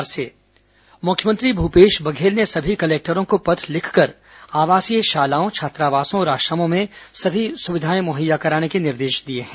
मुख्यमंत्री कलेक्टर पत्र मुख्यमंत्री भूपेश बधेल ने सभी कलेक्टरों को पत्र लिखकर आवासीय शालाओं छात्रावासों और आश्रमों में समी सुविधाए मुहैया कराने के निर्देश दिए हैं